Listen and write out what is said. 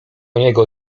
niego